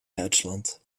duitsland